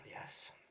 Yes